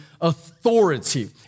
authority